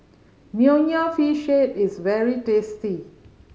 Nonya Fish Head is very tasty